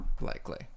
likely